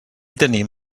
tenim